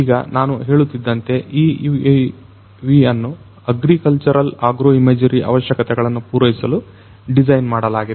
ಈಗ ನಾನು ಹೇಳುತ್ತಿದ್ದಂತೆ ಈ UAVಅನ್ನು ಅಗ್ರಿಕಲ್ಚರಲ್ ಆಗ್ರೋ ಇಮೇಜರೀ ಅವಶ್ಯಕತೆಗಳನ್ನು ಪೂರೈಸಲು ಡಿಸೈನ್ ಮಾಡಲಾಗಿದೆ